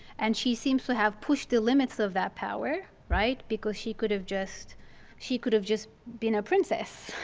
and she seems to have pushed the limits of that power, right? because she could have just she could have just been a princess,